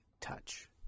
touch